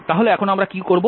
তাহলে এখন আমরা এখানে কি করব